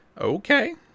okay